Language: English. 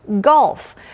Golf